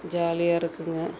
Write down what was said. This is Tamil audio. ஜாலியாக இருக்குங்க